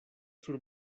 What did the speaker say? sur